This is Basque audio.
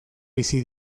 bizi